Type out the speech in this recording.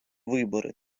вибори